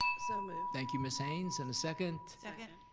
so move. thank you miss haynes, and a second? second.